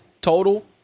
total